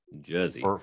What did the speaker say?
Jersey